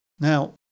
Now